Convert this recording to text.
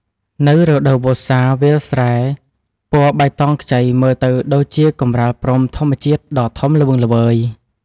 នៅរដូវវស្សា វាលស្រែពណ៌បៃតងខ្ចីមើលទៅដូចជាកម្រាលព្រំធម្មជាតិដ៏ធំល្វឹងល្វើយ។